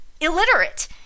illiterate